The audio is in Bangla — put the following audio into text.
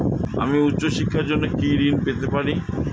আমি উচ্চশিক্ষার জন্য কি ঋণ পেতে পারি?